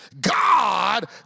God